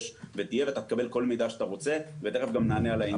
תמיד תהיה ותקבל כל מידע שאתה רוצה ונענה גם על העניין הזה.